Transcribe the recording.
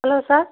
hello sir